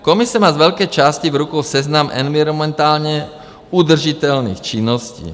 Komise má z velké části v rukou seznam environmentálně udržitelných činností.